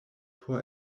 por